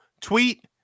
tweet